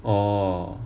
oh